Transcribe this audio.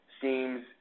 seems